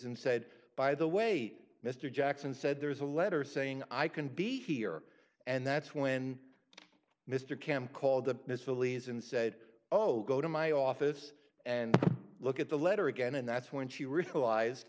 and said by the wait mr jackson said there is a letter saying i can be here and that's when mr camp called the israelis and said oh go to my office and look at the letter again and that's when she realized